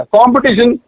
Competition